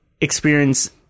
experience